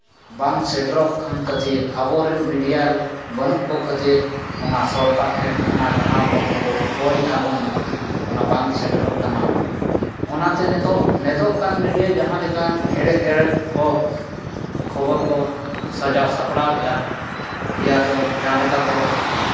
ᱵᱟᱝ ᱥᱮᱴᱮᱨᱚᱜ ᱠᱟᱱ ᱠᱷᱟᱹᱛᱤᱨ ᱟᱵᱚ ᱢᱤᱰᱤᱭᱟ ᱨᱮᱱ ᱵᱟᱹᱱᱩᱜ ᱠᱚ ᱠᱷᱟᱹᱛᱤᱨ ᱚᱱᱟ ᱥᱚᱨᱟᱨ ᱴᱷᱮᱱ ᱚᱱᱟ ᱡᱟᱦᱟᱸ ᱵᱚᱱ ᱟᱵᱚ ᱠᱚᱭ ᱟᱵᱚᱱ ᱚᱱᱟ ᱵᱟᱝ ᱥᱮᱴᱮᱨᱚᱜ ᱠᱟᱱᱟ ᱚᱱᱟᱛᱮ ᱱᱤᱛᱚᱜ ᱱᱤᱛᱚᱜ ᱠᱟᱱ ᱢᱤᱰᱤᱭᱟ ᱡᱟᱦᱟᱸ ᱞᱮᱠᱟ ᱮᱲᱮ ᱮᱲᱮ ᱠᱚ ᱥᱟᱡᱟᱣ ᱥᱟᱯᱣᱟᱮᱜᱼᱟ ᱮᱭᱟᱛᱚ ᱡᱟᱦᱟᱸ ᱞᱮᱠᱟ ᱠᱚ